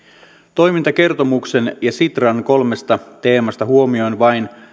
toimintakertomuksen ja sitran kolmesta teemasta huomioin vain